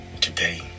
today